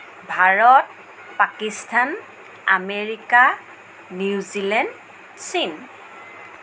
Bharat Pakistan America New Zealand চীন